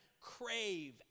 crave